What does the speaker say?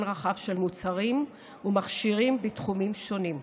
רחב של מוצרים ומכשירים בתחומים שונים.